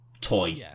toy